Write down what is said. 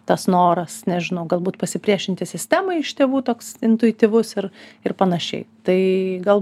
tas noras nežinau galbūt pasipriešinti sistemai iš tėvų toks intuityvus ir ir panašiai tai gal